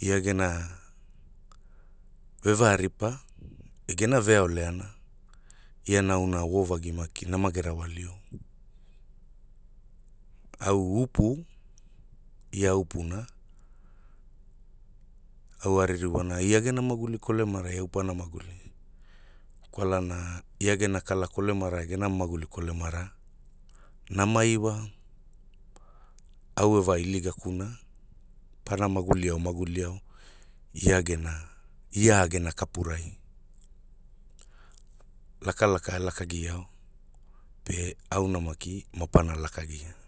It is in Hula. ia gena, veva ripa, e gena veaoleana, ia nauna wovagi makina mage rawalio. Au Upu, e Upuna, au aririwana ia gena maguli kolemara, nama iwa, au e veiligakuna, pana maguli ao maguli ao, ia gena ia agena kapurai, laka laka e lakagiao, pe auna maki mapana lakagia.